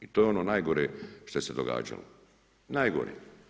I to je ono najgore što se događalo, najgore.